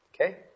Okay